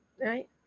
right